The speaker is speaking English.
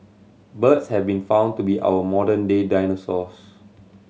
birds have been found to be our modern day dinosaurs